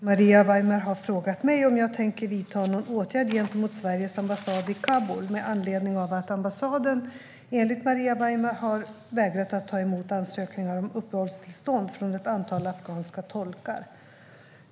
Svar på interpellationer Fru talman! Maria Weimer har frågat mig om jag tänker vidta någon åtgärd gentemot Sveriges ambassad i Kabul med anledning av att ambassaden enligt Maria Weimer har vägrat att ta emot ansökningar om uppehållstillstånd från ett antal afghanska tolkar.